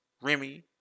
Remy